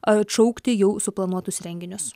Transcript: atšaukti jau suplanuotus renginius